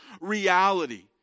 reality